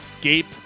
Gape